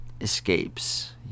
escapes